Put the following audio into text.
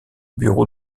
bureaux